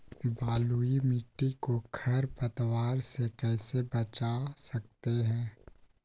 बलुई मिट्टी को खर पतवार से कैसे बच्चा सकते हैँ?